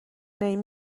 این